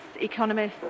economists